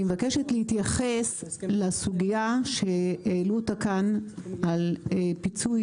אני מבקשת להתייחס לסוגיה שהעלו אותה כאן על פיצוי